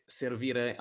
servire